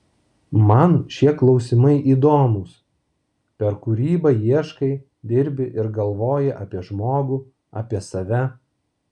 man šie klausimai įdomūs per kūrybą ieškai dirbi ir galvoji apie žmogų apie save